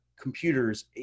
computers